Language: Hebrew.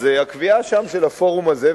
אז הקביעה שם של הפורום הזה,